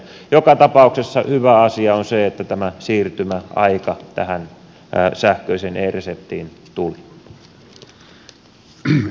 joka tapauksessa hyvä asia on se että tämä siirtymäaika tähän sähköiseen e reseptiin tuli